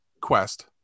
quest